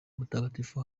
mutagatifu